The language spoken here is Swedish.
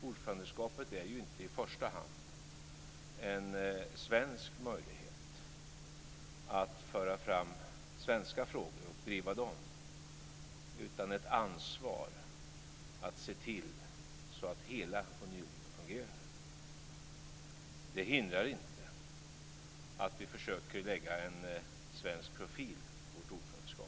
Ordförandeskapet är ju inte i första hand en svensk möjlighet att föra fram svenska frågor och driva dem, utan det är ett ansvar att se till att hela unionen fungerar. Det hindrar inte att vi försöker att anlägga en svensk profil på vårt ordförandeskap.